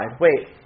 Wait